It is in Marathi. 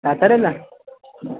साताऱ्याला